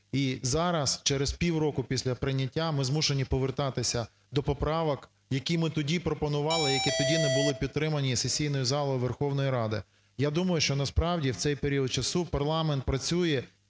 І зараз через півроку після прийняття ми змушені повертатися до поправок, які ми тоді пропонували, які тоді не були підтримані і сесійною залою Верховної Ради. Я думаю, що насправді в цей період часу парламент працює,